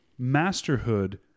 Masterhood